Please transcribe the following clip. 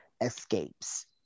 escapes